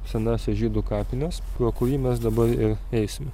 senąsias žydų kapines pro kurį mes dabar ir eisime